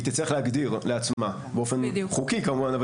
היא תצטרך להגדיר לעצמה באופן חוקי כמובן.